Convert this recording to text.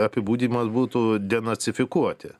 apibūdymas būtų denacifikuoti